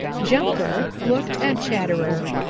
jumper looked at chatterer.